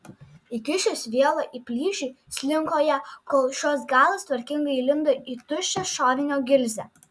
įkišęs vielą į plyšį slinko ją kol šios galas tvarkingai įlindo į tuščią šovinio gilzę